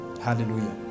Hallelujah